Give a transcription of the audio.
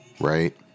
Right